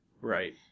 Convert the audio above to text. right